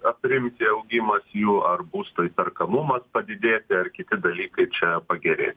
aprimti augimas jų ar būsto įperkamumas padidėti ar kiti dalykai čia pagerės